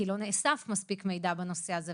כי לא נאסף מספיק מידע בנושא הזה,